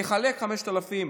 תחלק 5,000